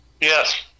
Yes